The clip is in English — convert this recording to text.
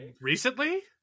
recently